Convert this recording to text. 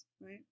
right